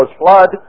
flood